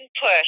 push